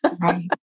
Right